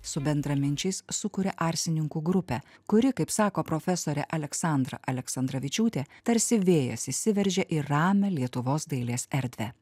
su bendraminčiais sukuria arsininkų grupę kuri kaip sako profesorė aleksandra aleksandravičiūtė tarsi vėjas įsiveržė ir ramią lietuvos dailės erdvę